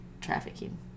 trafficking